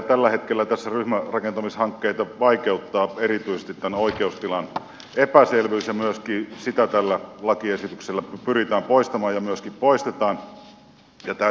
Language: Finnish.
tällä hetkellä ryhmärakentamishankkeita vaikeuttaa erityisesti tämän oikeustilan epäselvyys ja myöskin sitä tällä lakiesityksellä pyritään poistamaan ja myöskin poistetaan